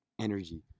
energy